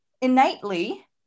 innately